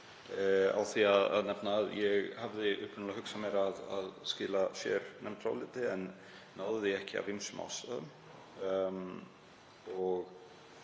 nefna að ég hafði upprunalega hugsað mér að skila sérnefndaráliti en náði því ekki af ýmsum ástæðum